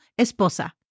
esposa